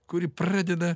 kuri pradeda